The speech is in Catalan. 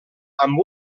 amb